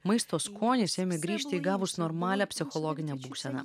maisto skonis ėmė grįžti įgavus normalią psichologinę būseną